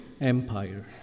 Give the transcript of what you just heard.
empire